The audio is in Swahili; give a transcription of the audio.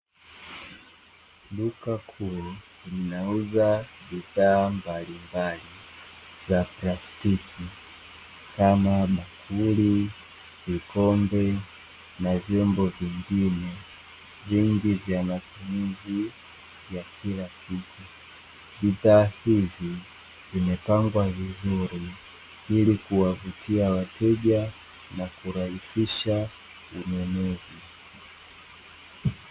Duka kuu linauza bidhaa mbalimbali za plastiki, kama: bakuli, vikombe na vyombo vingine vingi, vya matumizi ya kila siku. Bidhaa hizi zimepangwa vizuri ili kuwavutia wateja na kurahisisha ununuzi.